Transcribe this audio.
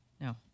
No